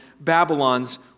Babylon's